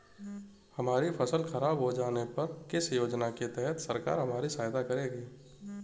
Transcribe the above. हमारी फसल खराब हो जाने पर किस योजना के तहत सरकार हमारी सहायता करेगी?